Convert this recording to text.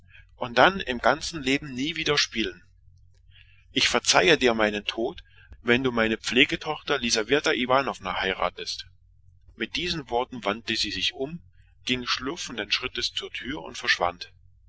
und dann dein ganzes leben hindurch nicht mehr spielst ich verzeihe dir meinen tod wenn du mein pflegekind lisaweta iwanowna heiratest mit diesen worten wandte sie sich lautlos um glitt zur türe und verschwand